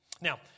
Now